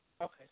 Okay